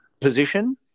position